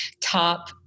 top